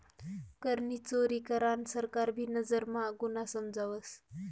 करनी चोरी करान सरकार भी नजर म्हा गुन्हा समजावस